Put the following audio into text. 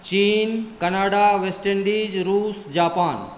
चीन Canada West Indies रूस Japan